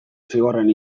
zigorraren